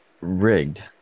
rigged